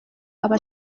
aba